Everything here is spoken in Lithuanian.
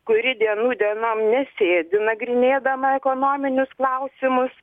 kuri dienų dienom nesėdi nagrinėdama ekonominius klausimus